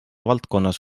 valdkonnas